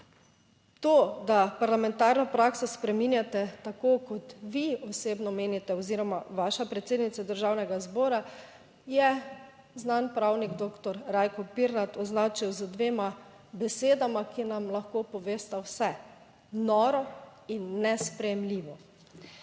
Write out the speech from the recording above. to, da parlamentarno prakso spreminjate tako, kot vi osebno menite oziroma vaša predsednica Državnega zbora, je znan pravnik doktor Rajko Pirnat označil z dvema besedama, ki nam lahko povesta vse: noro in nesprejemljivo.